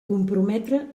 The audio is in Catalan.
comprometre